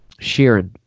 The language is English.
Sheeran